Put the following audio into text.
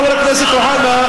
חבר הכנסת אוחנה,